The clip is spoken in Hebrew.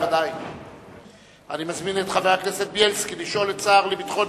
אני מזמין את חבר הכנסת בילסקי לשאול את השר לביטחון